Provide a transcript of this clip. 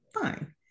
fine